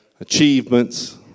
achievements